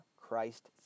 Christ